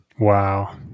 Wow